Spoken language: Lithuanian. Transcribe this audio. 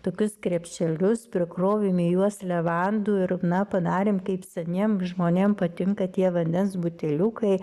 tokius krepšelius prikrovėm į juos levandų ir na padarėm kaip seniem žmonėm patinka tie vandens buteliukai